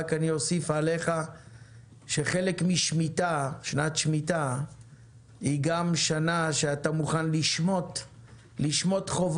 אני רק אוסיף עליך שחלק משנת שמיטה היא גם שנה אתה מוכן לשמוט חובות,